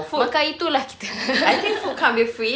makan itu lah kita